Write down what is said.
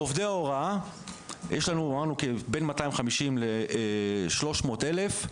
בעובדי ההוראה יש לנו בין 250 ל-300 אלף,